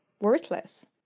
worthless